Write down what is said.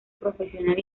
profesional